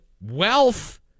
wealth